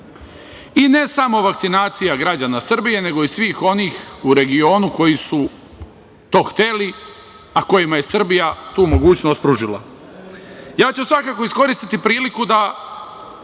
i ne samo vakcinacija građana Srbije, nego i svih onih u regionu koji su to hteli, a kojima je Srbija tu mogućnost pružila. Svakako ću iskoristiti priliku da